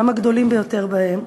גם הגדולים ביותר בהם.